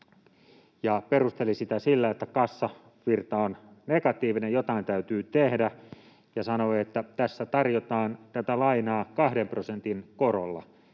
perusteli sitä sillä, että kassavirta on negatiivinen, jotain täytyy tehdä, ja sanoi, että tässä tarjotaan tätä lainaa 2 prosentin korolla,